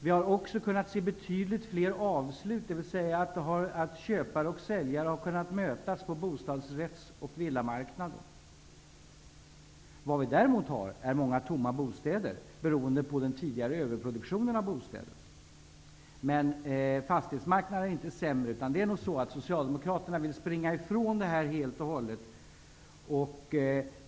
Vi har också kunnat notera betydligt fler avslut, dvs. att köpare och säljare har kunnat mötas på bostadsrätts och villamarknaden. Däremot finns det många tomma bostäder beroende på den tidigare överproduktionen av bostäder. Men fastighetsmarknaden är inte sämre, utan det är nog så att Socialdemokraterna vill springa ifrån detta helt och hållet.